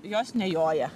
jos nejoja